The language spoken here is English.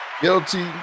guilty